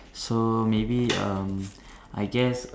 so maybe um I guess